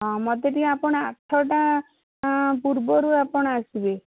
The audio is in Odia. ହଁ ମୋତେ ଟିକିଏ ଆପଣ ଆଠଟା ପୂର୍ବରୁ ଆପଣ ଆସିବେ